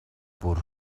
бүр